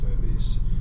movies